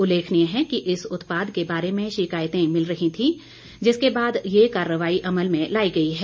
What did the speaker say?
उल्लेखनीय है कि इस उत्पाद के बारे में शिकायतें मिल रही थीं जिसके बाद ये कार्यवाही अमल में लाई गई है